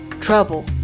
Trouble